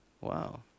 Wow